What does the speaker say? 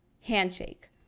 Handshake